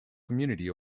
community